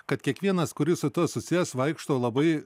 kad kiekvienas kuris su tuo susijęs vaikšto labai